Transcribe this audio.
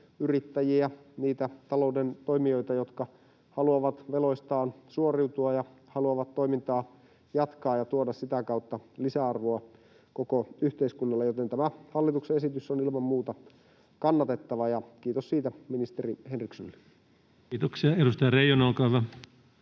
yrittäjiä, niitä talouden toimijoita, jotka haluavat veloistaan suoriutua ja haluavat toimintaa jatkaa ja tuoda sitä kautta lisäarvoa koko yhteiskunnalle, joten tämä hallituksen esitys on ilman muuta kannatettava, ja kiitos siitä ministeri Henrikssonille. [Speech 117] Speaker: